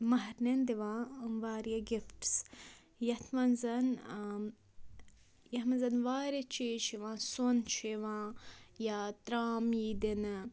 مَہَرنٮ۪ن دِوان واریاہ گِفٹٕس یَتھ منٛز یَتھ منٛز واریاہ چیٖز چھِ یِوان سۄن چھُ یِوان یا ترٛام یی دِنہٕ